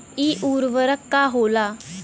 इ उर्वरक का होला?